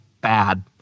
bad